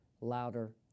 louder